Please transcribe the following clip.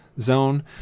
zone